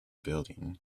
building